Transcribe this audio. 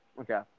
Okay